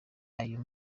ayo